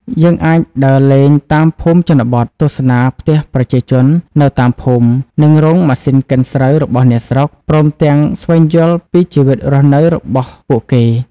យើងអាចដើរលេងតាមភូមិជនបទ ទស្សនាផ្ទះប្រជាជននៅតាមភូមិ និងរោងម៉ាស៊ីនកិនស្រូវរបស់អ្នកស្រុក ព្រមទាំងស្វែងយល់ពីជីវិតរស់នៅរបស់ពួកគេ ។